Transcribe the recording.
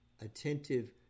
attentive